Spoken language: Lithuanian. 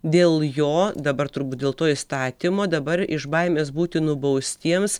dėl jo dabar turbūt dėl to įstatymo dabar iš baimės būti nubaustiems